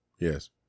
Yes